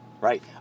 Right